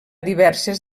diverses